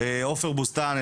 עופר בוסתן,